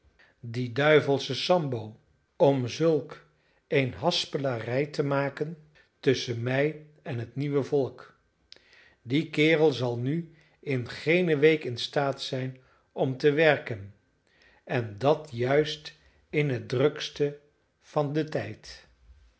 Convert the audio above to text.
die duivelsche sambo om zulk een haspelarij te maken tusschen mij en het nieuwe volk die kerel zal nu in geene week in staat zijn om te werken en dat juist in het drukste van den tijd